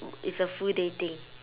it's a full day thing